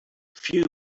few